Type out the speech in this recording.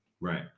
Right